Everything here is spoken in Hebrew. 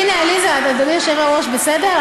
הינה, עליזה, אדוני היושב-ראש, בסדר?